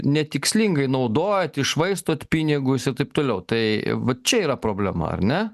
netikslingai naudojat iššvaistot pinigus ir taip toliau tai va čia yra problema ar ne